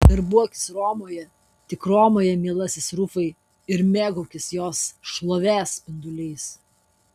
darbuokis romoje tik romoje mielasis rufai ir mėgaukis jos šlovės spinduliais